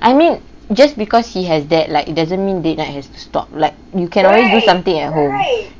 I mean just because he has that like it doesn't mean dinner has to stop like you can always do something at home